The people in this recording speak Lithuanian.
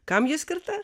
kam ji skirta